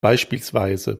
bspw